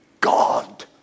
God